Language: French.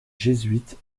jésuites